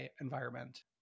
environment